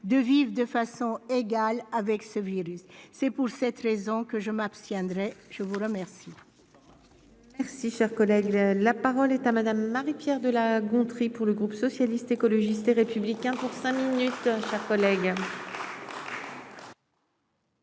de vivre de façon égale avec ce virus. C'est pour cette raison que je m'abstiendrai. Ce n'est